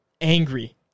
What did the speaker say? angry